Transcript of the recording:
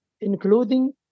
including